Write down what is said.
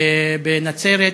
בנצרת,